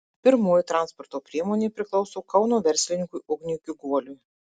pirmoji transporto priemonė priklauso kauno verslininkui ugniui kiguoliui